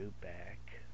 back